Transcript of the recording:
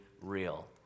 real